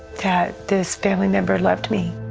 that this family member loved me,